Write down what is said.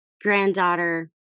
granddaughter